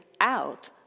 out